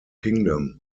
kingdom